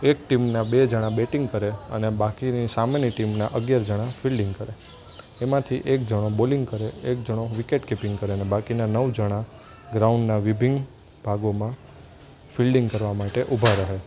એક ટીમના બે જાણા બેટિંગ કરે અને બાકીની સામેની ટીમના અગિયાર જાણા ફિલ્ડિંગ કરે એમાંથી એક જાણો બોલિંગ કરે એક જાણો વિકેટ કીપીંગ કરેને બાકીના નવ જાણા ગ્રાઉન્ડના વિભીન્ન ભાગોમાં ફિલ્ડિંગ કરવા માટે ઊભા રહે